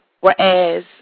whereas